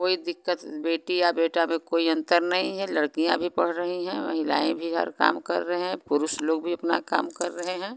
कोई दिक्कत बेटी या बेटा में कोई अंतर नहीं है लड़कियाँ भी पढ़ रही हैं महिलाएँ भी हर काम कर रहे हैं पुरुष लोग भी अपना काम कर रहे हैं